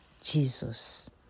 Jesus